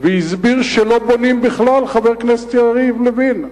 והסביר שלא בונים בכלל, חבר הכנסת יריב לוין.